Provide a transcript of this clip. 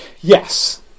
Yes